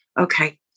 okay